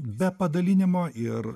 be padalinimo ir